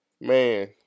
Man